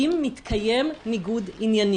יכול להיות שיום אחד בג"צ יידרש לה.